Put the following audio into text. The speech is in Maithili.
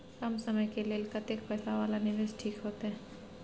कम समय के लेल कतेक पैसा वाला निवेश ठीक होते?